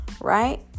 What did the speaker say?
right